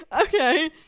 Okay